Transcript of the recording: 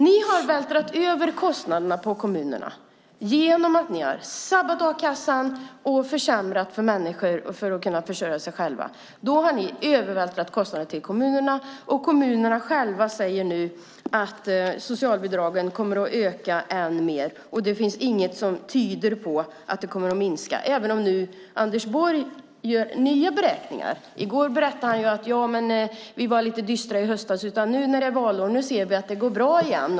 Ni har vältrat över kostnaderna på kommunerna genom att ni har sabbat a-kassan och försämrat för människor att kunna försörja sig själva. Ni har vältrat över kostnaderna på kommunerna, och kommunerna själva säger nu att socialbidragen kommer att öka än mer. Det finns inget som tyder på att de kommer att minska även om Anders Borg nu gör nya beräkningar. I går berättade han att han hade varit lite dyster i höstas, men nu när det är valår ser vi att det går bra igen.